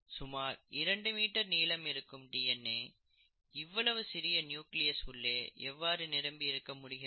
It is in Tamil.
சுமார் 2 மீட்டர் நீளம் இருக்கும் டிஎன்ஏ இவ்வளவு சிறிய நியூக்ளியஸ் உள்ளே எவ்வாறு நிரம்பி இருக்க முடிகிறது